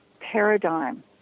paradigm